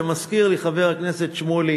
ומזכיר לי חבר הכנסת שמולי